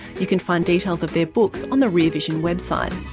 you can find details of their books on the rear vision website.